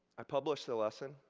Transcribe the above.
i published the lesson.